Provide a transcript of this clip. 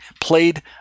played